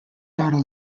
daughter